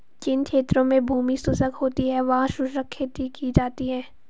जिन क्षेत्रों में भूमि शुष्क होती है वहां शुष्क खेती की जाती है